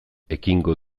ekingo